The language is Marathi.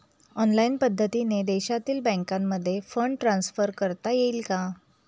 ऑनलाईन पद्धतीने देशातील बँकांमध्ये फंड ट्रान्सफर करता येईल का?